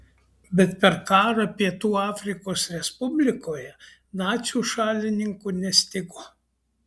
bet per karą pietų afrikos respublikoje nacių šalininkų nestigo